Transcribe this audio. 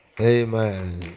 Amen